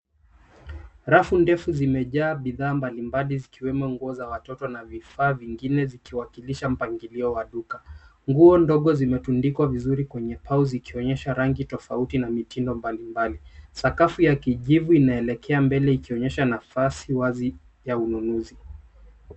Rafu ndefu zimejaa bidhaa mbalimbali zikiwemo nguo za watoto na vifaa zingine zikiwakilisha mpangilio wa duka. Nguo ndogo zimetundikwa vizuri kwenye pau zikionyesha rangi tofauti na mitindo mablimbali. Sakafu ya kijivu inaelekea mbele ikionyesha nafasi wazi ya ununuzi.